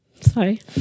Sorry